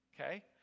okay